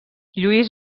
lluís